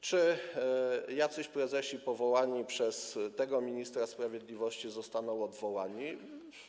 Czy jacyś prezesi powołani przez tego ministra sprawiedliwości zostaną odwołani?